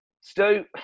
Stu